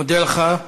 מודה לך.